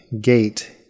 gate